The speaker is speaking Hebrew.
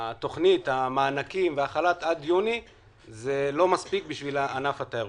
שהתכנית של המענקים והחל"ת עד יוני לא מספיק בשביל ענף התיירות.